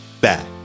back